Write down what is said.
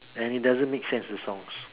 and it doesn't make sense the songs